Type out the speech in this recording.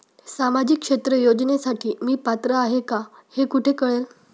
सामाजिक क्षेत्र योजनेसाठी मी पात्र आहे का हे कुठे कळेल?